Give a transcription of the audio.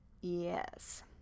Yes